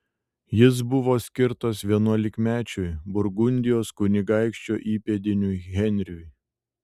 jis buvo skirtas vienuolikamečiui burgundijos kunigaikščio įpėdiniui henriui